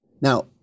Now